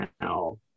now